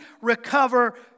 recover